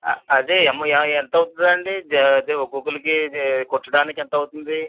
అదే ఎమ ఎంత అవుతుందండి అదే ఒకొక్కళ్ళకి ద కుట్టడానికి ఎంత అవుతుంది